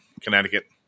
Connecticut